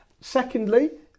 Secondly